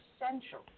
essential